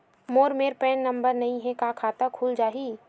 मोर मेर PAN number नई हे का खाता खुल जाही?